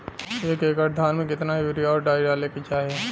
एक एकड़ धान में कितना यूरिया और डाई डाले के चाही?